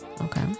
Okay